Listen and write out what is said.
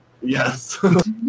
Yes